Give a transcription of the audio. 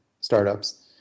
startups